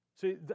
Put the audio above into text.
See